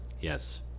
Yes